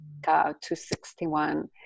261